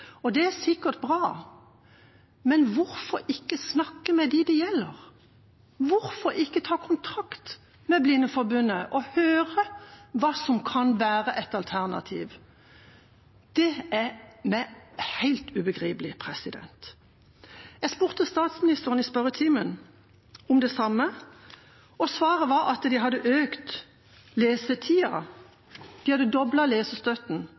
teknologi. Det er sikkert bra, men hvorfor ikke snakke med dem det gjelder? Hvorfor ikke ta kontakt med Blindeforbundet og høre hva som kan være et alternativ? Det er meg helt ubegripelig. Jeg spurte statsministeren om det samme i spørretimen, og svaret var at de hadde økt lesetida, de